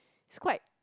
is quite